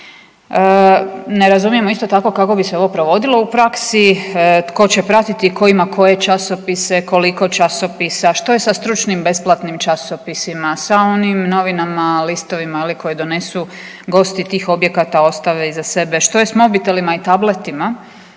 Ne razumijemo isto tako kako bi se ovo provodilo u praksi, tko će pratiti, tko ima koje časopise, koliko časopisa, što je sa stručnim besplatnim časopisima, sa onim novinama, ali i listovima je li koje donesu gosti tih objekata i ostave iza sebe, što je s mobitelima i tabletima